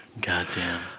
Goddamn